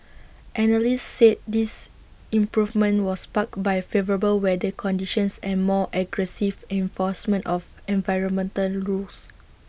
analysts said this improvement was sparked by favourable weather conditions and more aggressive enforcement of environmental rules